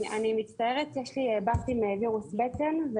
אני מצטערת, יש לי בת עם וירוס בטן.